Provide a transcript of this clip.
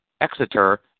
Exeter